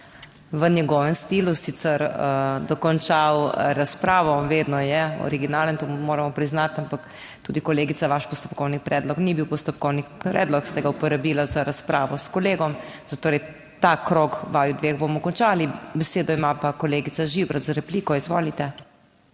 - v svojem stilu sicer - dokončal razpravo; vedno je originalen, to moramo priznati. Ampak, kolegica, tudi vaš postopkovni predlog ni bil postopkovni predlog, ki ste ga uporabili za razpravo s kolegom, zatorej ta krog vaju dveh bomo končali. Besedo ima kolegica Žibrat za repliko. Izvolite.